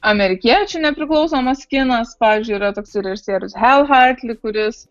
amerikiečių nepriklausomas kinas pavyzdžiui yra toksai režisierius hel heitli kuris